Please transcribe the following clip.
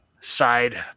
side